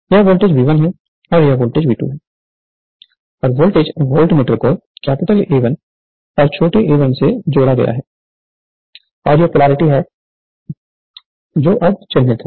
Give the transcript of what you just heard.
यह voltage V1 है और यह V2 है और वोल्टेज वोल्टमीटर को कैपिटल A1 और छोटे a1 से जोड़ा गया है और यह पोलैरिटी है जो अब चिह्नित है